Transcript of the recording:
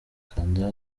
kanda